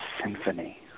symphony